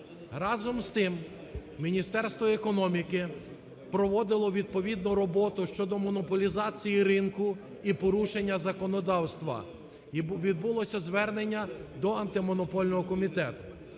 Разом з тим, Міністерство економіки проводило відповідну роботу щодо монополізації ринку і порушення законодавства. І відбулося звернення до Антимонопольного комітету.